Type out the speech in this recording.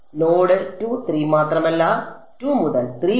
node 2 3 മാത്രമല്ല 2 മുതൽ 3 വരെ